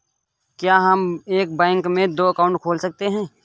क्या हम एक बैंक में दो अकाउंट खोल सकते हैं?